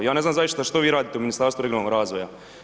Ja ne znam zaista što vi radite u Ministarstvu regionalnog razvoja.